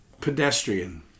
pedestrian